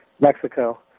Mexico